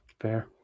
Fair